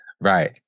Right